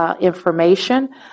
information